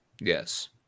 Yes